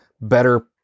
better